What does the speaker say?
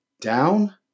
down